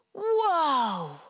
Whoa